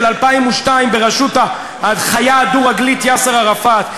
2002 בראשות החיה הדו-רגלית יאסר ערפאת.